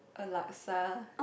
a laksa